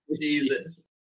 jesus